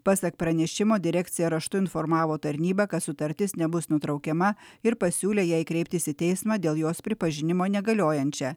pasak pranešimo direkcija raštu informavo tarnybą kad sutartis nebus nutraukiama ir pasiūlė jai kreiptis į teismą dėl jos pripažinimo negaliojančia